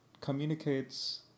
communicates